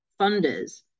funders